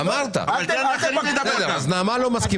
אמרת את דבריך, תן גם לאחרים לדבר.